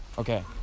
Okay